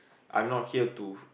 I'm not here to